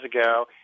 ago